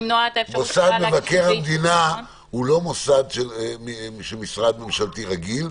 אבל מוסד מבקר המדינה הוא לא מוסד של משרד ממשלתי רגיל,